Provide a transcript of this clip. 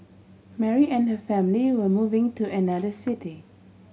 Mary and her family were moving to another city